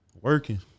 working